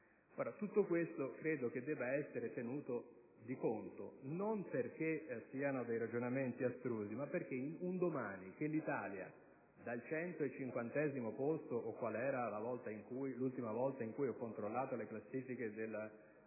tutto questo debba essere tenuto in conto, non perché siano dei ragionamenti astrusi, ma perché se un domani l'Italia dal 150° posto - qual era l'ultima volta che ho controllato le classifiche relative